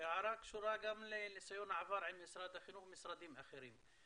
וההערה קשורה גם לניסיון העבר עם משרד החינוך ומשרדים אחרים.